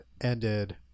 ended